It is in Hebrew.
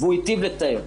והוא היטיב לתאר.